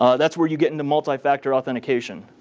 ah that's where you get in a multifactor authentication.